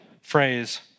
phrase